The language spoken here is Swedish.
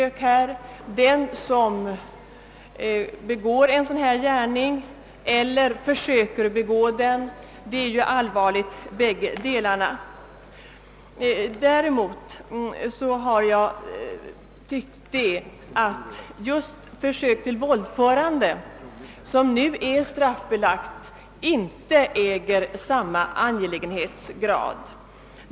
Det är ju allvarligt vare sig man begår en sådan här gärning eller försöker begå den. Däremot har jag tyckt att straff för försök till våldförande, som nu är straffbelagt, inte har samma angelägenhetsgrad.